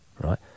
right